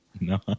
no